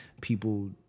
people